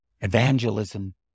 Evangelism